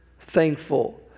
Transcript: thankful